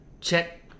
Check